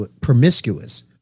promiscuous